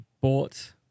bought